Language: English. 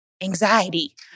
Anxiety